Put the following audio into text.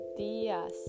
días